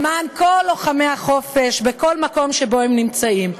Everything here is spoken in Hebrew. למען כל לוחמי החופש בכל מקום שהם נמצאים.